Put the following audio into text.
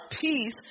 peace